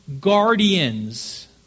guardians